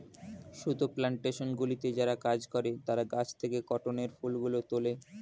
সুতো প্ল্যানটেশনগুলিতে যারা কাজ করে তারা গাছ থেকে কটনের ফুলগুলো তোলে